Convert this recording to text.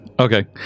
Okay